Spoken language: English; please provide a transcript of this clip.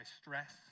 stress